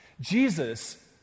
Jesus